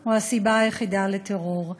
הוא הסיבה היחידה לטרור,